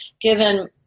given –